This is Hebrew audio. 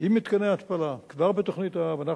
עם מתקני התפלה כבר בתוכנית-האב,